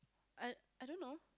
I I don't know